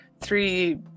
three